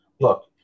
Look